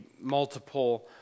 multiple